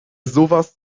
sowas